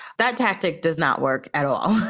that tactic does not work at all.